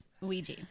ouija